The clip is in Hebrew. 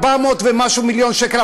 400 ומשהו מיליון שקל,